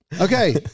okay